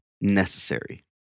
necessary